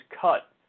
cut